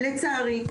לצערי,